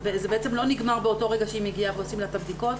זה לא נגמר באותו רגע שהיא מגיעה ועושים לה את הבדיקות,